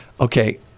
Okay